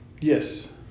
Yes